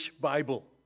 Bible